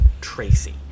Tracy